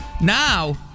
Now